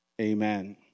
Amen